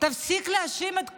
תפסיק להאשים את כולם.